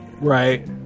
Right